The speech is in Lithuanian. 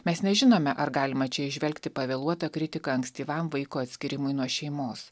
mes nežinome ar galima čia įžvelgti pavėluotą kritiką ankstyvam vaiko atskyrimui nuo šeimos